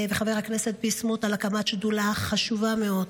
וחבר הכנסת ביסמוט על הקמת שדולה חשובה מאוד.